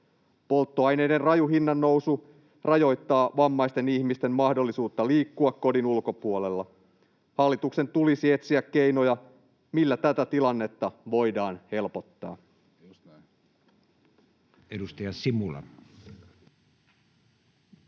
Polttoaineiden raju hinnannousu rajoittaa vammaisten ihmisten mahdollisuutta liikkua kodin ulkopuolella. Hallituksen tulisi etsiä keinoja, millä tätä tilannetta voidaan helpottaa. Edustaja Simula.